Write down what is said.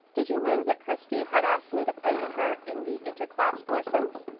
did you know that christy had asked me to play with her in the inter-class foursomes?